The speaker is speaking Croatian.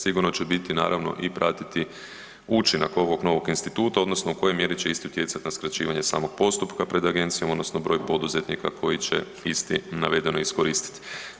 Sigurno će biti naravno i pratiti učinak ovog novog instituta odnosno u kojoj mjeri će isti utjecati na skraćivanje samog postupka pred Agencijom odnosno broj poduzetnika koji će isti, navedeno iskoristiti.